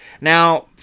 Now